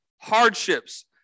hardships